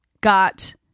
got